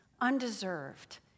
undeserved